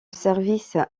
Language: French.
service